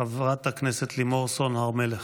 חברת הכנסת לימור סון הר מלך.